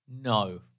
No